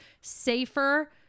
safer